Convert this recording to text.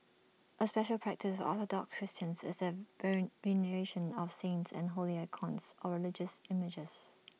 A special practice of Orthodox Christians is their veneration of saints and holy icons or religious images